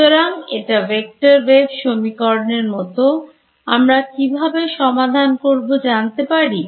সুতরাং এটা Vector Wave সমীকরণের মত আমরা কিভাবে সমাধান করব জানতে পারি